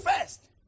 first